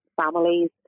families